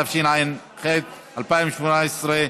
התשע"ח 2018,